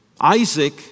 Isaac